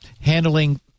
handling